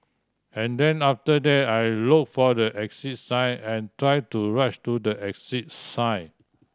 and then after that I look for the exit sign and try to rush to the exit sign